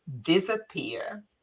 disappear